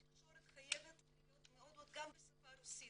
התקשורת חייבת להיות גם בשפה הרוסית.